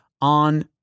on